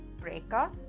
Breaker